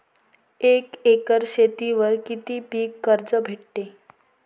एक एकर शेतीवर किती पीक कर्ज भेटते?